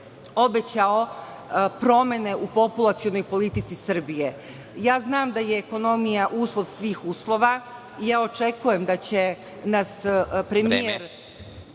obećao promene u populacionoj politici Srbije. Znam da je ekonomija uslov svih uslova i očekujem da će nas premijer